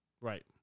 Right